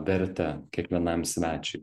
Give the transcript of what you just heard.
vertę kiekvienam svečiui